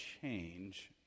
change